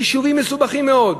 חישובים מסובכים מאוד,